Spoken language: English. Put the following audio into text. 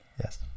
Yes